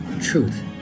truth